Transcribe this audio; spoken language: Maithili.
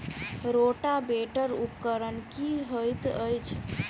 रोटावेटर उपकरण की हएत अछि?